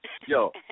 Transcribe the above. Yo